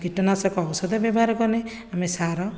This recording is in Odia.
କୀଟନାଶକ ଔଷଧ ବ୍ୟବହାର କଲେ ଆମେ ସାର